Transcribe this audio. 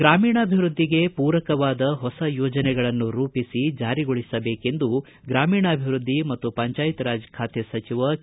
ಗ್ರಾಮೀಣಾಭಿವೃದ್ಧಿಗೆ ಪೂರಕವಾದ ಹೊಸ ಯೋಜನೆಗಳನ್ನು ರೂಪಿಸಿ ಜಾರಿಗೊಳಿಸಬೇಕೆಂದು ಗ್ರಾಮೀಣಾಭಿವೃದ್ಧಿ ಮತ್ತು ಪಂಚಾಯತ್ ರಾಜ್ ಇಲಾಖೆ ಸಚಿವ ಕೆ